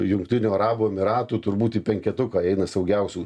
jungtinių arabų emyratų turbūt į penketuką įeina saugiausių